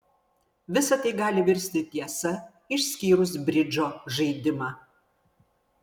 visa tai gali virsti tiesa išskyrus bridžo žaidimą